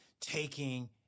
taking